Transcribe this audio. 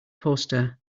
poster